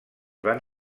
van